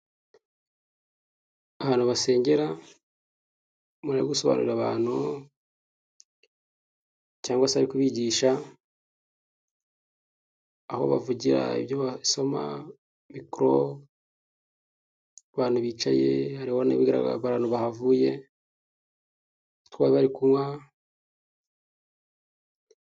Ahantu basengera, umuntu uri gusobanurira abantu cyangwa se ari kubigisha, aho bavugira ibyo basoma, micro, abantu bicaye, hariho n'ibigaraga ko abantu bahavuye, utwo bari bari kunywa.